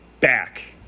back